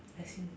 I see